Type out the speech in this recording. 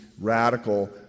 radical